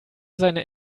seine